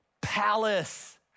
palace